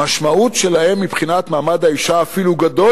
המשמעות שלהם מבחינת מעמד האשה אפילו גדולה